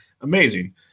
amazing